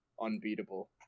unbeatable